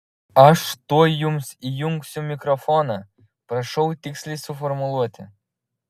aš tuoj jums įjungsiu mikrofoną prašau tiksliai suformuluoti